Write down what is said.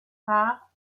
par